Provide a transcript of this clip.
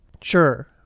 sure